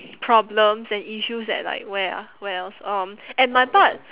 problems and issues at like where ah where else um and my part